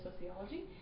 Sociology